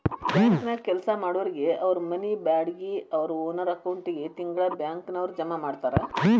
ಬ್ಯಾಂಕನ್ಯಾಗ್ ಕೆಲ್ಸಾ ಮಾಡೊರಿಗೆ ಅವ್ರ್ ಮನಿ ಬಾಡ್ಗಿ ಅವ್ರ್ ಓನರ್ ಅಕೌಂಟಿಗೆ ತಿಂಗ್ಳಾ ಬ್ಯಾಂಕ್ನವ್ರ ಜಮಾ ಮಾಡ್ತಾರ